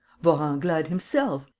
vorenglade himself!